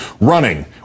running